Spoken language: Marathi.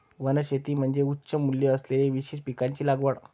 वनशेती म्हणजे उच्च मूल्य असलेल्या विशेष पिकांची लागवड